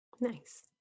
Nice